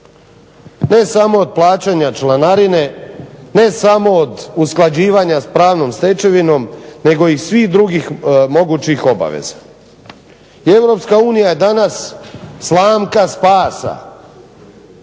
ne samo od plaćanja članarine, ne samo od usklađivanja s pravnom stečevinom nego i svih drugih mogućih obaveza. I Europska unija je danas slamka spasa